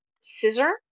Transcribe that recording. scissor